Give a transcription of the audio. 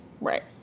Right